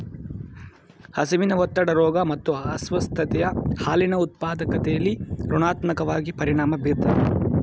ಹಸಿವಿನ ಒತ್ತಡ ರೋಗ ಮತ್ತು ಅಸ್ವಸ್ಥತೆಯು ಹಾಲಿನ ಉತ್ಪಾದಕತೆಲಿ ಋಣಾತ್ಮಕವಾಗಿ ಪರಿಣಾಮ ಬೀರ್ತದೆ